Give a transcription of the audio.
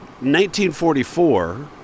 1944